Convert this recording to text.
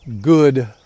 good